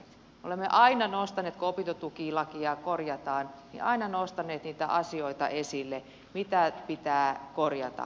me olemme aina nostaneet kun opintotukilakia korjataan niitä asioita esille mitä pitää korjata